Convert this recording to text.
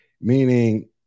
Meaning